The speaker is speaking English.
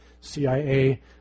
CIA